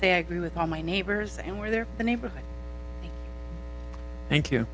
say i agree with all my neighbors and where the neighborhood thank you